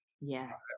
yes